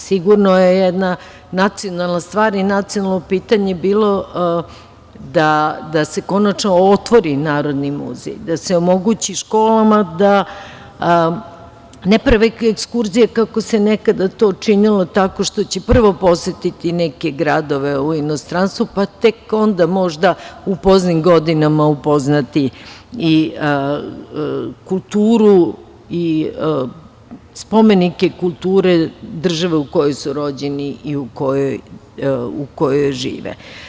Sigurno je jedna nacionalna stvar i nacionalno pitanje bilo da se konačno otvori Narodni muzej, da se omogući školama da ne prave ekskurzije, kako se nekada to činilo tako što će prvo posetiti neke gradove u inostranstvu, pa tek onda možda u poznim godinama upoznati i kulturu i spomenike kulture države u kojoj su rođeni i u kojoj žive.